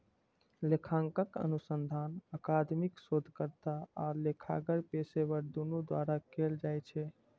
लेखांकन अनुसंधान अकादमिक शोधकर्ता आ लेखाकार पेशेवर, दुनू द्वारा कैल जाइ छै